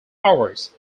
hours